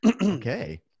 okay